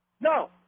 No